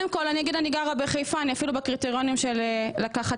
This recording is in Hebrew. אני גרה בחיפה ואני אפילו בקריטריונים לקחת